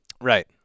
Right